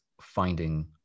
finding